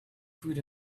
food